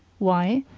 why?